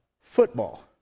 football